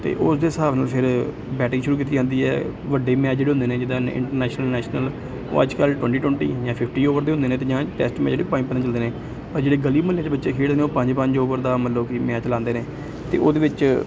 ਅਤੇ ਉਸ ਦੇ ਹਿਸਾਬ ਨਾਲ ਫਿਰ ਬੈਟਿੰਗ ਸ਼ੁਰੂ ਕੀਤੀ ਜਾਂਦੀ ਹੈ ਵੱਡੇ ਮੈਚ ਜਿਹੜੇ ਹੁੰਦੇ ਨੇ ਜਿੱਦਾਂ ਇੰਟਰਨੈਸ਼ਨਲ ਨੈਸ਼ਨਲ ਉਹ ਅੱਜ ਕੱਲ੍ਹ ਟਵੈਂਟੀ ਟਵੈਂਟੀ ਜਾਂ ਫਿਫਟੀ ਓਵਰ ਦੇ ਹੁੰਦੇ ਨੇ ਅਤੇ ਜਾਂ ਟੈਸਟ ਮੈਚ ਜਿਹੜੇ ਪੰਜ ਪੰਜ ਦਿਨ ਚੱਲਦੇ ਨੇ ਪਰ ਜਿਹੜੇ ਗਲੀ ਮੁਹੱਲੇ ਦੇ ਬੱਚੇ ਖੇਡਦੇ ਨੇ ਉਹ ਪੰਜ ਪੰਜ ਓਵਰ ਦਾ ਮਤਲਬ ਕਿ ਮੈਚ ਲਾਉਂਦੇ ਨੇ ਅਤੇ ਉਹਦੇ ਵਿੱਚ